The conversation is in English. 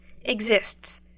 exists